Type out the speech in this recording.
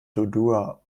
dodua